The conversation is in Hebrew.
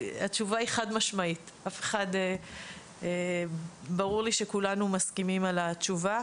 חד משמעית, ברור לי שכולנו מסכימים על התשובה.